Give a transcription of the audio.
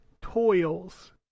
toils